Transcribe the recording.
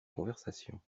conversation